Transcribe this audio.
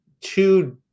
two